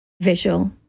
visual